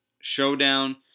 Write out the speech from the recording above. showdown